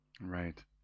right